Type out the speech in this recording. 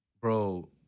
bro